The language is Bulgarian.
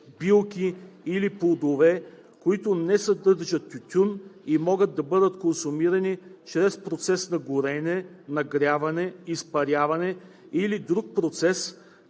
билки или плодове, които не съдържат тютюн и могат да бъдат консумирани чрез процес на горене, нагряване, изпаряване или друг процес,